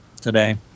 today